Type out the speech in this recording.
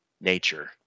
nature